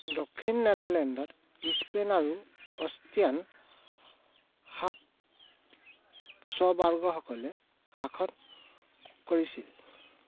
দক্ষিণ নেদাৰলেণ্ডত স্পেনিছ আৰু অষ্ট্ৰিয়ান হাবছবাৰ্গসকলে শাসন কৰিছিল